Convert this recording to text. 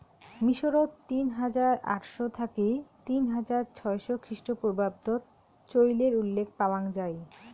মিশরত তিন হাজার আটশ থাকি তিন হাজার ছয়শ খ্রিস্টপূর্বাব্দত চইলের উল্লেখ পাওয়াং যাই